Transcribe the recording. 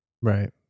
Right